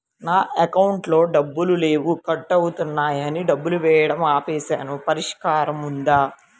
నా అకౌంట్లో డబ్బులు లేవు కట్ అవుతున్నాయని డబ్బులు వేయటం ఆపేసాము పరిష్కారం ఉందా?